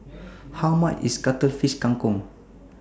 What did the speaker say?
How much IS Cuttlefish Kang Kong